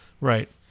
Right